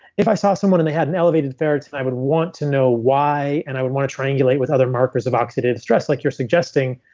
if i saw someone and they had an elevated ferritin, i would want to know why and i want to triangulate with other markers of oxidative stress like you're suggesting.